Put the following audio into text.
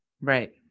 Right